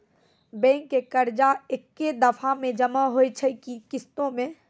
Bank के कर्जा ऐकै दफ़ा मे जमा होय छै कि किस्तो मे?